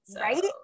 right